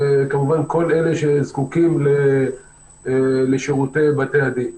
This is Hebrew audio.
כמובן כל אלה שזקוקים לשירותי בתי-הדין.